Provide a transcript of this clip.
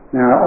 Now